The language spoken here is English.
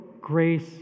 grace